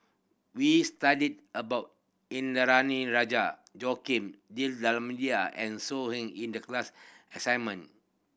we studied about Indranee Rajah Joaquim D'Almeida and So Heng in the class assignment